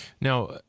Now